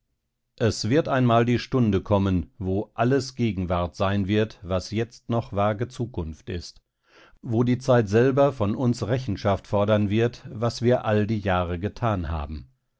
es wird einmal die stunde kommen wo alles gegenwart sein wird was jetzt noch vage zukunft ist wo die zeit selber von uns rechenschaft fordern wird was wir all die jahre getan haben